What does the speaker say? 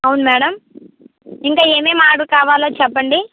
అవును మేడం ఇంకా ఏం ఏమి ఆర్డర్ కావాలో చెప్పండి